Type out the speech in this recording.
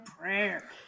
prayer